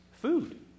food